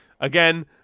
again